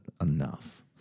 enough